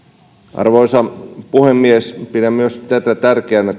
arvoisa puhemies pidän myös tätä urheilijaeläkejärjestelmää tärkeänä